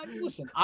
Listen